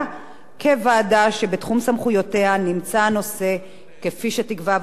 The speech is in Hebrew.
כוועדה שבתחום סמכויותיה נמצא הנושא כפי שתקבע ועדת הכנסת.